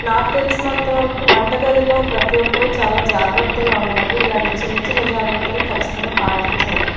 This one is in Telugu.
నాకు తెలిసినంత వరకు వంట గదిలో ప్రతి ఒక్కరూ చాలా జాగ్రత్తగా ఉండాలి ఇలాంటి చిన్న చిన్న జాగ్రత్తలు ఖచ్చితంగా పాటించాలి